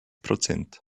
prozent